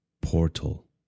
Portal